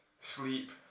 sleep